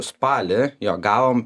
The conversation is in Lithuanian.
spalį jo gavom